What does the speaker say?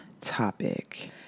topic